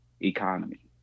economy